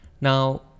Now